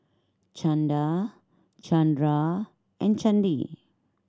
Chanda Chandra and Chandi